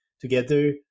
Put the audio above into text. together